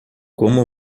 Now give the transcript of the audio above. como